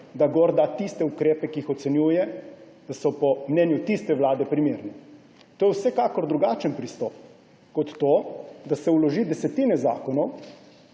da gor tiste ukrepe, za katere ocenjuje, da so po mnenju tiste vlade primerni. To je vsekakor drugačen pristop kot to, da se vloži desetine zakonov